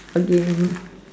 again